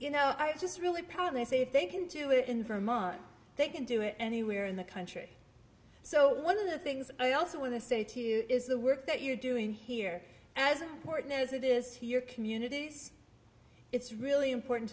you know i just really proudly say if they can do it in vermont they can do it anywhere in the country so one of the things i also want to say to you is the work that you're doing here as horton as it is here communities it's really important